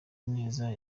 neza